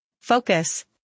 Focus